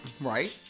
Right